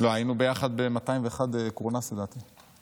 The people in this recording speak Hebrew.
לא, היינו ביחד ב-201 קורנס, לדעתי.